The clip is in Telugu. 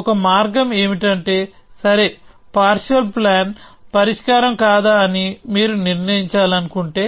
ఒక మార్గం ఏమిటంటే సరే పార్షియల్ ప్లాన్ పరిష్కారం కాదా అని మీరు నిర్ణయించాలనుకుంటే